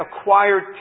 acquired